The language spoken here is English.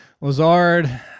Lazard